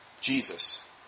Jesus